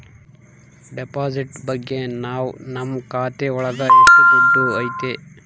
deposit ಬಗ್ಗೆ ನಾವ್ ನಮ್ ಖಾತೆ ಒಳಗ ಎಷ್ಟ್ ದುಡ್ಡು ಐತಿ ಅಂತ ಆನ್ಲೈನ್ ಒಳಗ ಗೊತ್ತಾತತೆ